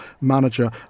manager